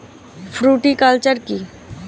Fruticulture কী?